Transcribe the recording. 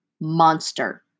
monster